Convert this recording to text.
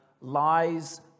lies